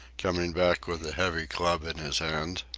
coming back with a heavy club in his hand.